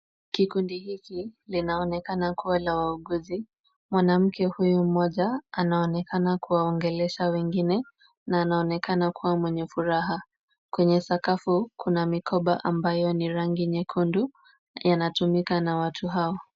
Kikundi hiki linaonekana kuwa la wauguzi. Mwanamke huyu mmoja anaonekana kuwaongelesha wengine na anaonekana kuwa mwenye furaha. Kwenye sakafu kuna mikoba ambayo ni rangi nyekundu na yanatumika na watu hawa.